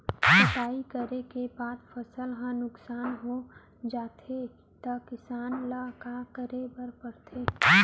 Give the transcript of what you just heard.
कटाई करे के बाद फसल ह नुकसान हो जाथे त किसान ल का करे बर पढ़थे?